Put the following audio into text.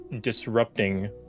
disrupting